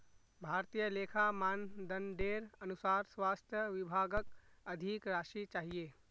भारतीय लेखा मानदंडेर अनुसार स्वास्थ विभागक अधिक राशि चाहिए